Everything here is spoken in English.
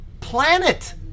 planet